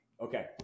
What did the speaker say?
okay